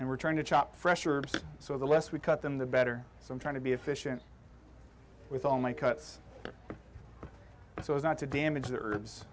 and we're trying to chop fresh herbs so the less we cut them the better so i'm trying to be efficient with all my cuts so as not to damage the herbs